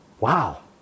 Wow